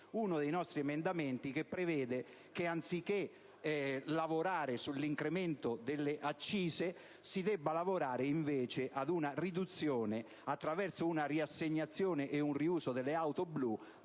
uno dei nostri emendamenti che prevede che, anziché lavorare sull'incremento delle accise, si debba lavorare invece ad una riduzione, attraverso una riassegnazione e un riuso delle auto blu,